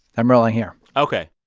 i'm rolling here ok.